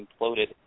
imploded